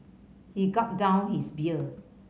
he gulped down his beer